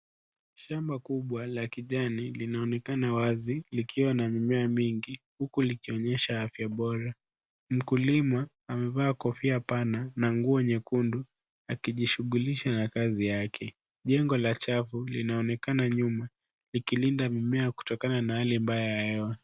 Shamba kubwa la kijani linaonekana wazi likiwa na mimea mingi, huku ikionyesha afya bora. Mkulima amevaa kofia pana na nguo nyekundu akijishughulisha na kazi yake. Jengo la chafu linaonekana nyuma likilinda mimea kutokana na hali mbaya ya hewa.